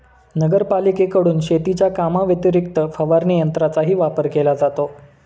नगरपालिकेकडून शेतीच्या कामाव्यतिरिक्त फवारणी यंत्राचाही वापर केला जातो